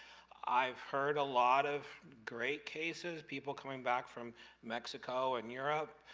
i've heard a lot of great cases people coming back from mexico and europe,